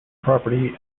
property